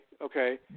Okay